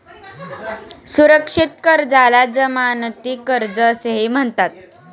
सुरक्षित कर्जाला जमानती कर्ज असेही म्हणतात